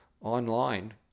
online